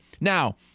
Now